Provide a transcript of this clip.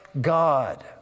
God